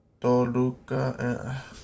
Toluca